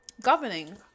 governing